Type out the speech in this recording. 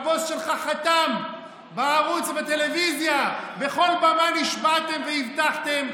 הבוס שלך חתם בערוץ בטלוויזיה ובכל במה נשבעתם והבטחתם,